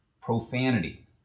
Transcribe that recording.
Profanity